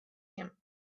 him